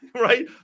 right